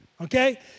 Okay